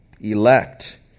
elect